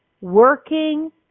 Working